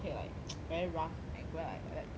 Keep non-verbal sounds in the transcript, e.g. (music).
(noise) very rough and go and like like that to my hair